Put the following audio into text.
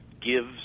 gives